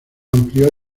amplió